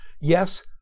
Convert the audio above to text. Yes